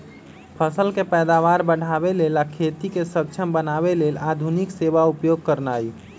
फसल के पैदावार बढ़ाबे लेल आ खेती के सक्षम बनावे लेल आधुनिक सेवा उपयोग करनाइ